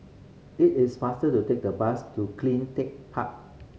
it is faster to take the bus to Cleantech Park